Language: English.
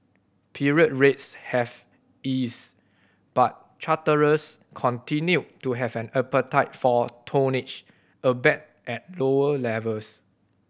period rates have ease but charterers continued to have an appetite for tonnage albeit at lower levels